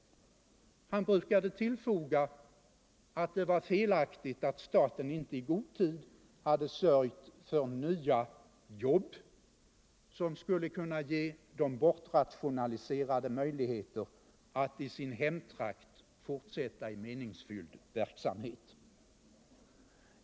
Han brukade tillfoga att det var felaktigt att staten inte i god tid hade sörjt för nya jobb som skulle ha kunnat ge de bortrationaliserade möjligheter att i sin hemtrakt fortsätta en meningsfylld verksamhet.